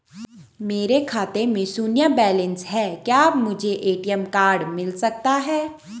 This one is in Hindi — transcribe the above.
मेरे खाते में शून्य बैलेंस है क्या मुझे ए.टी.एम कार्ड मिल सकता है?